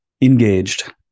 Engaged